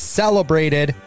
celebrated